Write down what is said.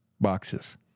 boxes